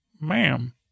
Ma'am